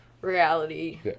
reality